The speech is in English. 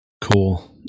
Cool